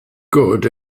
good